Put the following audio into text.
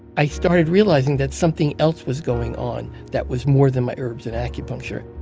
i started realizing that something else was going on that was more than my herbs and acupuncture